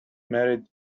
married